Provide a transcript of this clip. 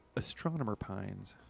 astronomer pines.